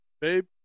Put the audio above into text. Babe